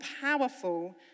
powerful